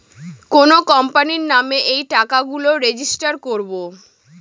কোনো কোম্পানির নামে এই টাকা গুলো রেজিস্টার করবো